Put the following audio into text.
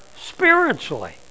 spiritually